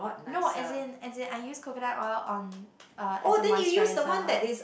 no as in as in I use coconut oil on uh as a moisturiser